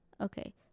Okay